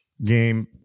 Game